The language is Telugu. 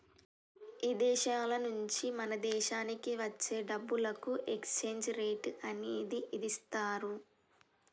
ఇదేశాల నుంచి మన దేశానికి వచ్చే డబ్బులకు ఎక్స్చేంజ్ రేట్ అనేది ఇదిస్తారు